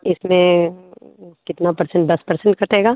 इसमें कितना पर्सेंट दस पर्सेंट कटेगा